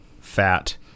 fat